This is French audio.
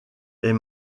est